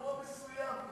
אירוע מסוים.